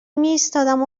میایستادم